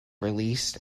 released